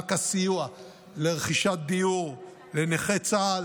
מענק הסיוע לרכישת דיור לנכי צה"ל